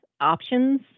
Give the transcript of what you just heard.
options